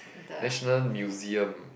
National Museum